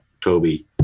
Toby